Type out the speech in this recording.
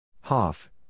HOFF